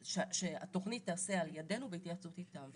שהתוכנית תיעשה על ידינו בהתייעצות איתם,